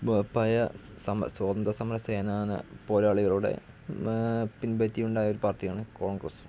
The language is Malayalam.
ഉറപ്പായ സ്വാതന്ത്ര്യ സമര പോരാളികളുടെ പിന്പറ്റി ഉണ്ടായൊരു പാർട്ടിയാണ് കോൺഗ്രസ്